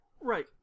Right